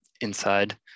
inside